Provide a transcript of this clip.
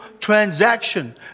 transaction